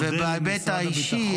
ובהיבט האישי,